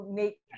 make